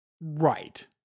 Right